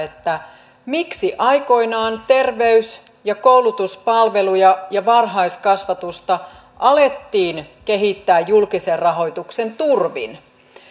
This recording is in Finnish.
miksi aikoinaan terveys ja koulutuspalveluja ja varhaiskasvatusta alettiin kehittää julkisen rahoituksen turvin